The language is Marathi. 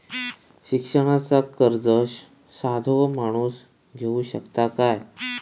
शिक्षणाचा कर्ज साधो माणूस घेऊ शकता काय?